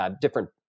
different